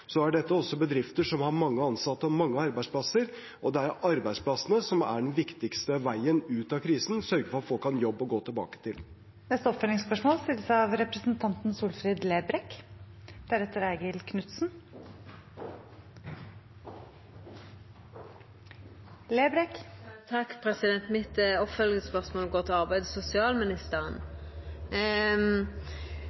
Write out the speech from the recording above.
er sagt, er dette også bedrifter som har mange ansatte og mange arbeidsplasser, og det er arbeidsplassene som er den viktigste veien ut av krisen – å sørge for at folk har en jobb å gå tilbake